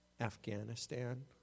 Afghanistan